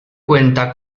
cuenta